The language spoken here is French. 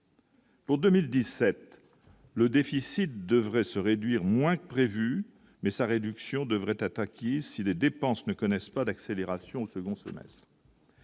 Pour 2017, le déficit devrait se réduire, moins que prévu mais sa réduction devrait attaquer si les dépenses ne connaissent pas d'accélération au second semestre.